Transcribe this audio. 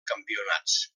campionats